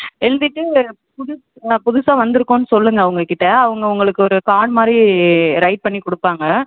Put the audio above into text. எழுதிவிட்டு புதுசு புதுசாக வந்துருக்கோம்னு சொல்லுங்கள் அவங்கக்கிட்ட அவங்க உங்களுக்கு ஒரு கார்ட் மாதிரி ரைட் பண்ணி கொடுப்பாங்க